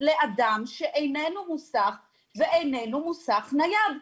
לאדם שאיננו מוסך ואיננו מוסך נייד.